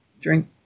drink